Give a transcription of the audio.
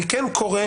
אני כן קורא